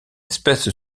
espèce